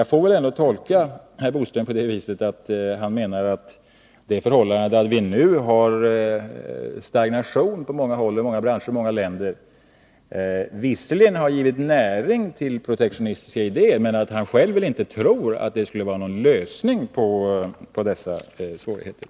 Jag får väl ändå tolka herr Bodström på det viset att han menar att det förhållandet att vi nu har stagnation på många håll, i många branscher och i många länder, visserligen har givit näring åt protektionistiska idéer men att han själv väl inte tror att sådana skulle vara någon lösning på problemen.